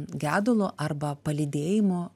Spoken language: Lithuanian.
gedulu arba palydėjimu